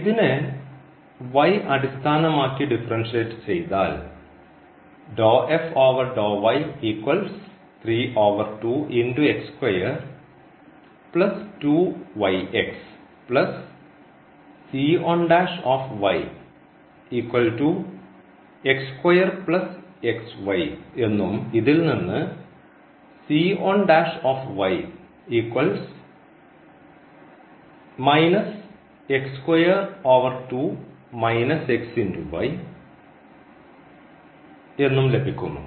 ഇതിനു അടിസ്ഥാനമാക്കി ഡിഫറൻഷ്യറ്റ് ചെയ്താൽ എന്നും ഇതിൽനിന്ന് എന്നും ലഭിക്കുന്നു